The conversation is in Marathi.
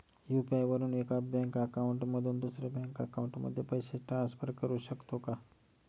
यु.पी.आय वापरून एका बँक अकाउंट मधून दुसऱ्या बँक अकाउंटमध्ये पैसे ट्रान्सफर करू शकतो का?